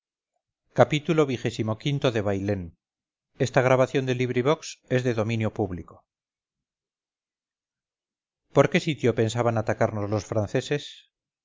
xxiv xxv xxvi xxvii xxviii xxix xxx xxxi xxxii bailén de benito pérez galdós por qué sitio pensaban atacarnos los franceses